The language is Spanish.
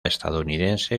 estadounidense